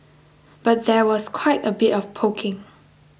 but there was quite a bit of poking